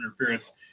interference